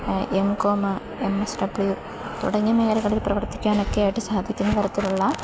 M Com M S W തുടങ്ങിയ മേഘലകളിൽ പ്രവർത്തിക്കാനൊക്കെയായിട്ട് സാധിക്കുന്ന തരത്തിലുള്ള